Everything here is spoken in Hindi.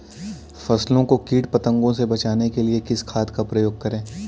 फसलों को कीट पतंगों से बचाने के लिए किस खाद का प्रयोग करें?